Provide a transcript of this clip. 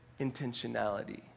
intentionality